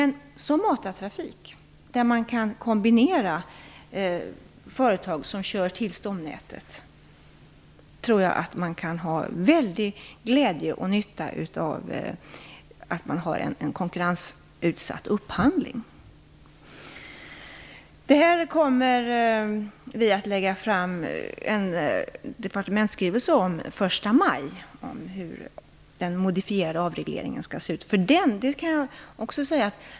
När det gäller matartrafiken, de företag som kör till stomnätet, tror jag att man kan ha en väldig glädje och nytta av att det finns en konkurrensutsatt upphandling. Hur den modifierade avregleringen skall se ut kommer vi att lägga fram en departementsskrivelse om den 1 maj.